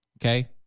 Okay